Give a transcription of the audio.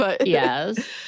Yes